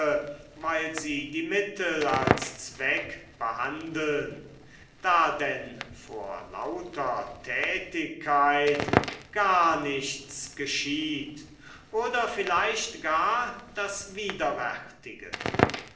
weil sie die mittel als zweck behandeln da denn vor lauter tätigkeit gar nichts geschieht oder vielleicht gar das widerwärtige